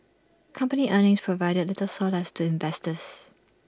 company earnings provided little solace to investors